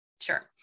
Sure